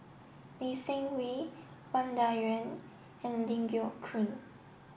Lee Seng Wee Wang Dayuan and Ling Geok Choon